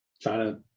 China